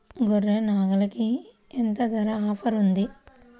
గొర్రె, నాగలికి ఎంత ధర ఆఫర్ ఉంది?